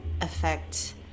affect